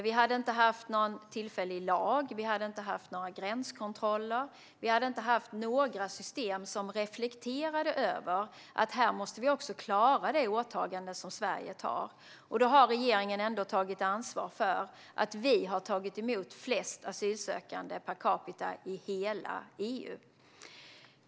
Vi hade inte haft någon tillfällig lag. Vi hade inte haft några gränskontroller. Vi hade inte haft några system som reflekterade över att Sverige också måste klara det åtagande som vi gör. Regeringen har tagit ansvar för att vi har tagit emot flest asylsökande per capita i hela EU.